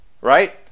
Right